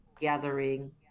gathering